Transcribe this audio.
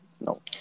No